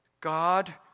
God